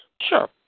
Sure